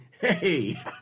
Hey